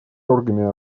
органами